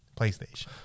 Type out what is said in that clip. PlayStation